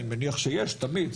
אני מניח שיש תמיד,